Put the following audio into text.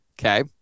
Okay